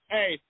Hey